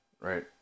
right